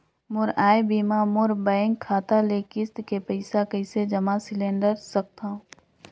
मोर आय बिना मोर बैंक खाता ले किस्त के पईसा कइसे जमा सिलेंडर सकथव?